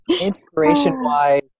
Inspiration-wise